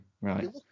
right